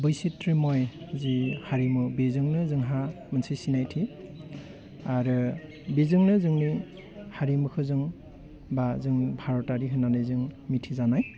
बैसिरमै जि हारिमु बेजोंनो जोंहा मोनसे सिनायथि आरो बेजोंनो जोंनि हारिमुखौ जों बा जों भारतआ आरि होनानै जों मिथि जानाय